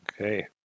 Okay